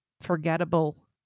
forgettable